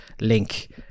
link